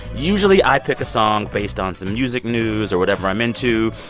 usually, i pick a song based on some music news or whatever i'm into.